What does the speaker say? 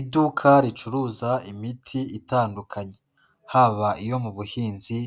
Iduka ricuruza imiti itandukanye, haba iyo mu buhinzi